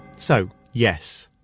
so, yes,